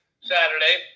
Saturday